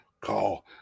Call